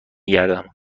گردم